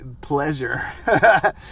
pleasure